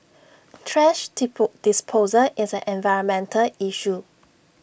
thrash disposal is an environmental issue